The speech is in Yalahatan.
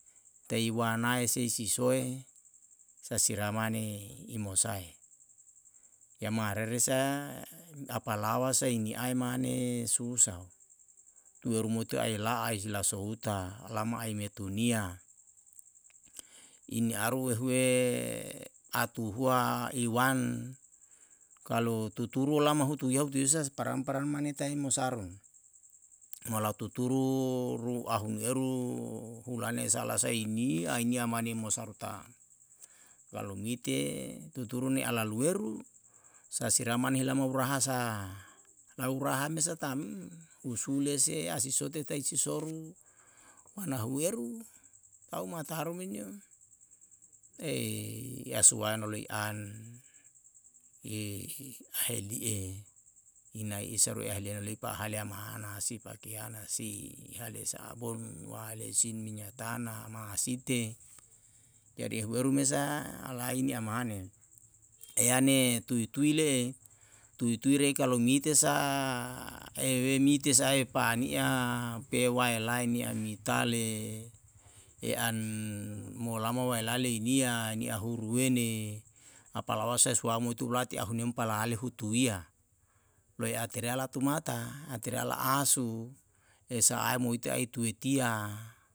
Tei uanae sei si soe sae sira mane i mosae yama rere sa apalawa sai niae mane susao tue rumute aila esi lasouta olama aimetunia i ni'aru ehue atuhua iwan, kalu tuturu olama hutu yau titisa si parang parang mane tae mo sarung mo lau tuturu ruahu nueru hulane sa la sae hini aini amane mo saru ta'm, kalu mite tuturu ni ala lueru sa sira mane helama uraha sa lau raha me sa tam usule se a si sitoe tae si soru uana hueru au mata haru menio. asuae no lei an aheli'e inae isaru aheliai noloe pa'ahale amana si pakeana si hale sa'abon wale si minya tana ma'asite. jadi ehu eru mesa alaini amane eane tui tui le'e, tui tui rei kalu mite sa ewe mite sa e pa'ani'a pe wae lae ni ae mitae e an molama wae lae leinia ni ahuruene apalawa sae suamo ulati a hunem palale hutuia, ulae atere ala tumata a tere ala asu e sa'ae muite ae tui tia